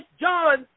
John